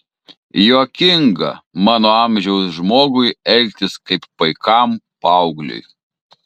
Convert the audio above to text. juokinga mano amžiaus žmogui elgtis kaip paikam paaugliui